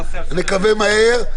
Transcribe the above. נקווה מהר.